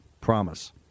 promise